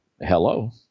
hello